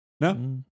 No